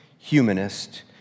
Humanist